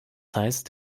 heißt